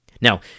Now